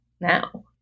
now